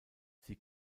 sie